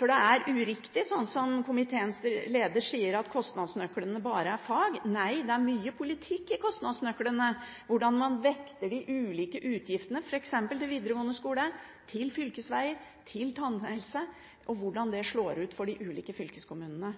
For det er uriktig, sånn som komiteens leder sier, at kostnadsnøklene bare er fag. Nei, det er mye politikk i kostnadsnøklene, for det har å gjøre med hvordan man vekter de ulike utgiftene – f.eks. til videregående skole, til fylkesveger, til tannhelse – og hvordan det slår ut for de ulike fylkeskommunene.